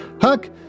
Huck